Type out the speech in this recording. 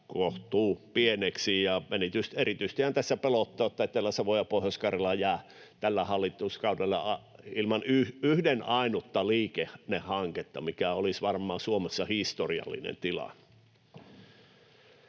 kohtuupieneksi, ja erityisestihän tässä pelottaa, että Etelä-Savo ja Pohjois-Karjala jäävät tällä hallituskaudella ilman yhden ainutta liikennehanketta, mikä olisi varmaan Suomessa historiallinen tilanne.